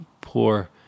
poor